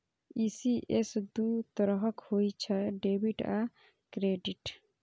ECS दू तरहक होइ छै, डेबिट आ क्रेडिट